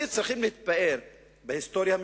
אתם צריכים להתפאר בהיסטוריה המשותפת,